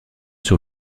sur